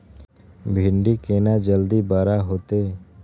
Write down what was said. भिंडी केना जल्दी बड़ा होते?